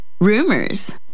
rumors